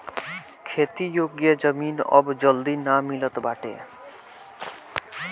खेती योग्य जमीन अब जल्दी ना मिलत बाटे